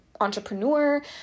entrepreneur